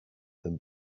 than